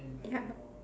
ya